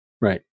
Right